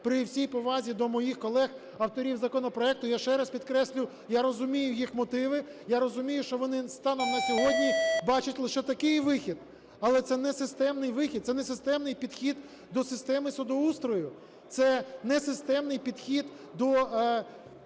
При всій повазі до моїх колег - авторів законопроекту, я ще раз підкреслюю, я розумію їх мотиви, я розумію, що вони станом на сьогодні бачать лише такий вихід. Але це не системний вихід, це не системний підхід до системи судоустрою, це не системний підхід до